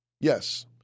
Yes